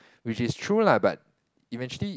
which is true lah but eventually